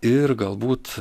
ir galbūt